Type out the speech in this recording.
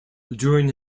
during